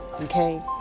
okay